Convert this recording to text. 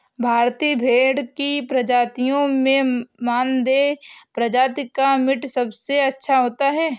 भारतीय भेड़ की प्रजातियों में मानदेय प्रजाति का मीट सबसे अच्छा होता है